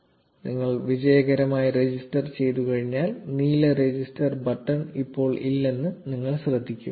0154 നിങ്ങൾ വിജയകരമായി രജിസ്റ്റർ ചെയ്തുകഴിഞ്ഞാൽ നീല രജിസ്റ്റർ ബട്ടൺ ഇപ്പോൾ ഇല്ലെന്ന് നിങ്ങൾ ശ്രദ്ധിക്കും